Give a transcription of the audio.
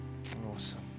Awesome